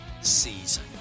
season